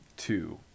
Two